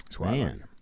Man